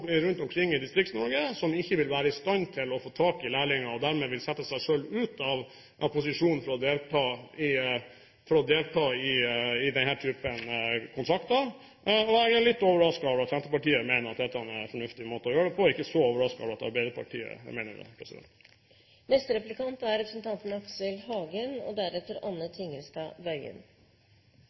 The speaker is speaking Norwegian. stand til å få tak i lærlinger, og dermed sette seg selv ut av den posisjonen å delta for å få denne typen kontrakter. Jeg er litt overrasket over at Senterpartiet mener dette er en fornuftig måte å gjøre det på – jeg er ikke så overrasket over at Arbeiderpartiet mener det. Tord Lien kan sin historie. Tord Lien og